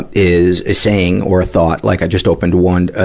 but is a saying or a thought. like i just opened one, ah,